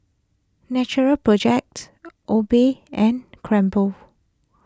Natural Project Obey and